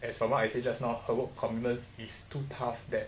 as from what I said just now our work commitment is too tough that